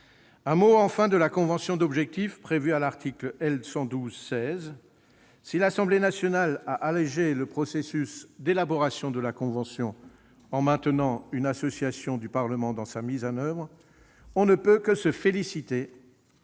enfin la convention d'objectifs prévue à l'article L. 112-16 du code du sport. Si l'Assemblée nationale a allégé le processus d'élaboration de la convention en maintenant une association du Parlement dans sa mise en oeuvre, on ne peut que se féliciter